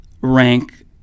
rank